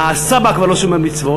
הסבא כבר לא שומר מצוות,